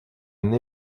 une